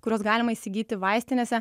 kuriuos galima įsigyti vaistinėse